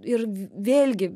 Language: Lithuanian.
ir vėlgi